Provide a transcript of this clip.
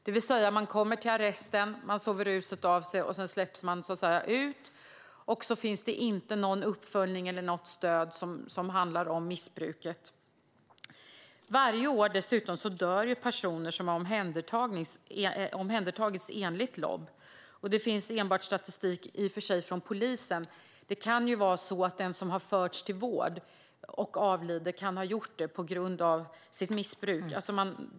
En person kommer till arresten, sover ruset av sig och släpps sedan ut. Men det finns inte någon uppföljning eller något stöd som handlar om missbruket. Varje år dör dessutom personer som har omhändertagits enligt LOB. Det finns i och för sig statistik enbart från polisen. Det kan vara så att den som har förts till vård och avlidit kan ha avlidit på grund av sitt missbruk.